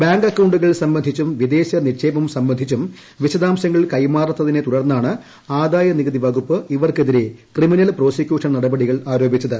bank അക്കൌണ്ടുകൾ സംബന്ധിച്ചും വിദേശ നിക്ഷേപം സംബന്ധിച്ചും വിശദാംശങ്ങൾ കൈമാറാത്തതിനെ തുടർന്നാണ് ആദായനികുതി വകുപ്പ് ഇവർക്കെതിരെ ക്രിമിനൽ പ്രോസിക്യൂഷൻ നടപടികൾ ആരോപിച്ചത്